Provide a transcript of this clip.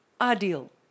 ideal